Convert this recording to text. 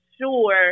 sure